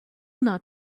not